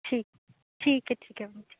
ਠੀਕ ਠੀਕ ਹੈ ਠੀਕ ਹੈ ਮੰਮੀ ਜੀ